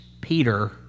Peter